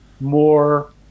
more